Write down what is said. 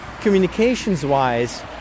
communications-wise